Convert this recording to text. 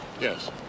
Yes